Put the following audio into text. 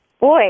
Boy